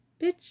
bitch